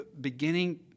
beginning